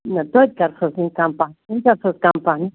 نہَ توتہِ کَر سا حظ کیٚنٛہہ کَم وُنکٮ۪ن حظ کَم پَہَن